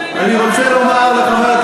חברי,